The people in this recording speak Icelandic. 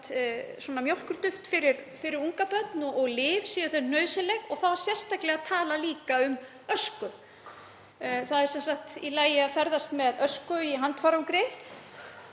vera mjólkurduft fyrir ungbörn og lyf, séu þau nauðsynleg, og þá var líka sérstaklega talað um ösku. Það er sem sagt í lagi að ferðast með ösku í handfarangri.